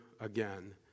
again